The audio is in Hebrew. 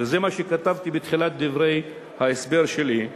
וזה מה שכתבתי בתחילת דברי ההסבר שלי,